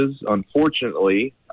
Unfortunately